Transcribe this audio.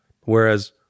Whereas